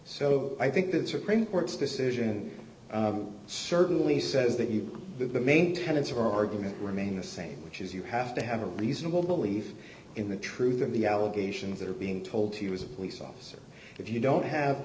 so i think the supreme court's decision certainly says that you are the main tenets of our argument remain the same which is you have to have a reasonable belief in the truth of the allegations that are being told to you as a police officer if you don't have